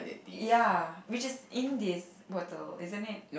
ya which in this bottle isn't it